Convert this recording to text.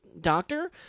doctor